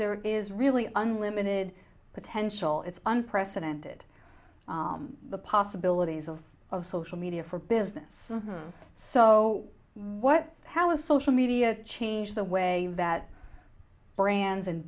there is really unlimited potential it's unprecedented the possibilities of of social media for business so what how is social media changed the way that brands and